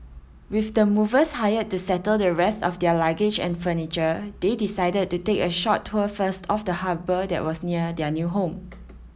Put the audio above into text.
with the movers hired to settle the rest of their luggage and furniture they decided to take a short tour first of the harbour that was near their new home